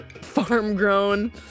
farm-grown